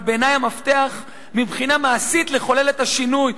אבל בעיני המפתח מבחינה מעשית לחולל את השינוי,